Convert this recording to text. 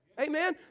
Amen